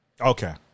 Okay